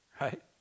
right